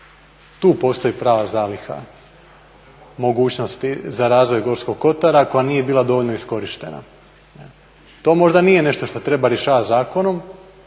Tu postoji prava zaliha mogućnosti za razvoj Gorskog kotara koja nije bila dovoljno iskorištena. To možda nije nešto što treba rješavati zakonom,